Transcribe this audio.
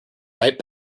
right